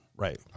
Right